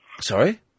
Sorry